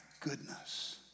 goodness